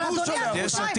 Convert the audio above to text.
איזה שולחים?